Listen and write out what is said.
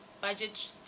budget